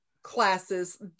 classes